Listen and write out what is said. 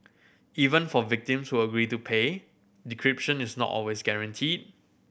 even for victims who agree to pay decryption is not always guaranteed